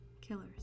killers